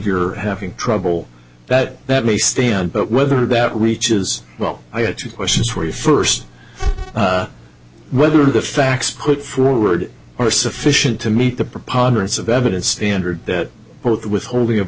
you're having trouble that that may stand but whether that reaches well i have two questions for you first whether the facts put forward are sufficient to meet the preponderance of evidence standard that withholding of